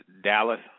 Dallas